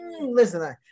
Listen